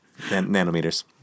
Nanometers